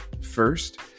first